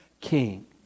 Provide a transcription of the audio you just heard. king